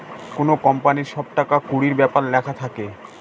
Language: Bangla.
কোনো কোম্পানির সব টাকা কুড়ির ব্যাপার লেখা থাকে